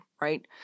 right